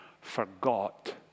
forgot